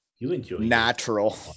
natural